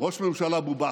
"ראש ממשלה בובה".